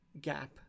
gap